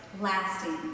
lasting